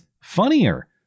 funnier